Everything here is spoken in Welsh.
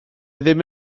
ddim